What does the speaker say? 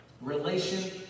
Relation